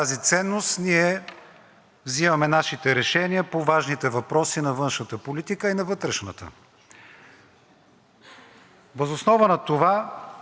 Въз основа на това можем да кажем, че Проектът за решение, който ни се представя днес,